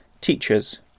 teachers